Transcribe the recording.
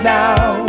now